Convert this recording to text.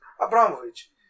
Abramovich